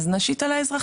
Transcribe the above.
אז נשית את זה על האזרחים.